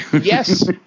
Yes